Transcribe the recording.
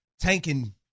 tanking